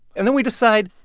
and then we decide,